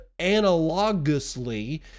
analogously